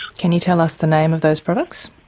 can you tell us the name of those products?